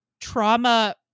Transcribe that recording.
trauma